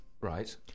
Right